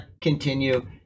continue